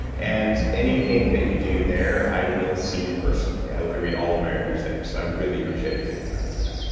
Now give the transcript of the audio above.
and anything that you do there, i will see personally. i read all of my reviews there, so i really appreciate if you take the time to do that